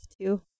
Two